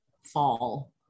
fall